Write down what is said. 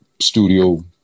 studio